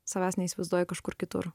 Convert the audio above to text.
savęs neįsivaizduoju kažkur kitur